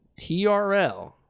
TRL